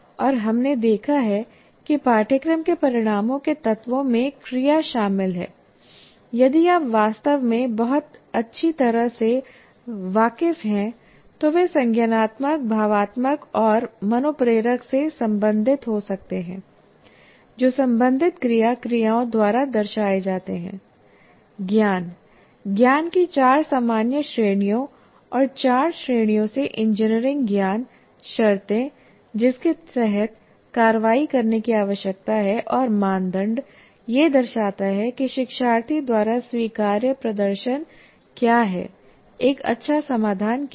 और हमने देखा है कि पाठ्यक्रम के परिणामों के तत्वों में क्रिया शामिल है यदि आप वास्तव में बहुत अच्छी तरह से वाकिफ हैं तो वे संज्ञानात्मक भावात्मक और मनोप्रेरक से संबंधित हो सकते हैं जो संबंधित क्रिया क्रियाओं द्वारा दर्शाए जाते हैं ज्ञान ज्ञान की चार सामान्य श्रेणियों और चार श्रेणियों से इंजीनियरिंग ज्ञान शर्तें जिसके तहत कार्रवाई करने की आवश्यकता है और मानदंड यह दर्शाता है कि शिक्षार्थी द्वारा स्वीकार्य प्रदर्शन क्या है एक अच्छा समाधान क्या है